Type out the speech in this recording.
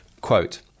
Quote